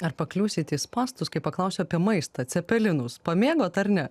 ar pakliūsit į spąstus kai paklausiu apie maistą cepelinus pamėgot ar ne